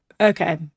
okay